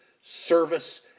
service